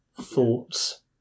thoughts